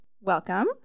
Welcome